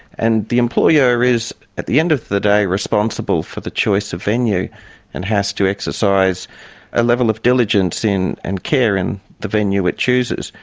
and the employer is at the end of the day responsible for the choice of venue and has to exercise a level of diligence in and care in the venue it chooses.